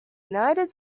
united